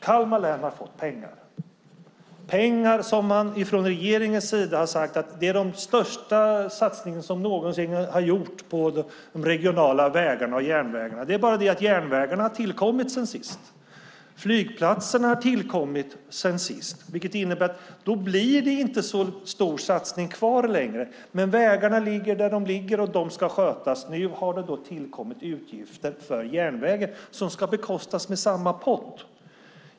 Kalmar län har fått pengar. Det är pengar som enligt regeringen är den största satsning som någonsin har gjorts på de regionala vägarna och järnvägarna. Det är bara det att järnvägarna har tillkommit sedan sist. Flygplatserna har också tillkommit sedan sist. Det innebär att det inte blir en så stor satsning kvar längre. Men vägarna ligger där de ligger, och de ska skötas. Nu har det tillkommit utgifter för järnvägen som ska bekostas med samma pott.